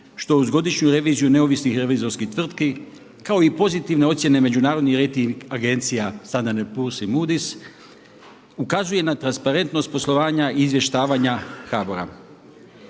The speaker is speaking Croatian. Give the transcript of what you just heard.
što uz godišnju reviziju neovisnih revizorskih tvrtki kao i pozitivne ocjene međunarodnih rejting agencija sada … ukazuje na transparentnost poslovanja i izvještavanja HBOR-a.